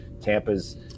Tampa's